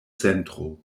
centro